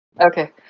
Okay